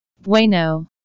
Bueno